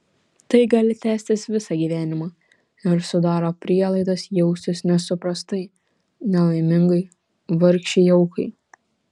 tai gali tęstis visą gyvenimą ir sudaro prielaidas jaustis nesuprastai nelaimingai vargšei aukai